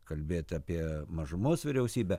kalbėt apie mažumos vyriausybę